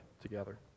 together